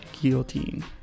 Guillotine